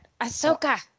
Ahsoka